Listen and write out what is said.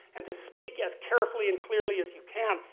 and to speak as carefully and clearly as you can.